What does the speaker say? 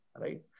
right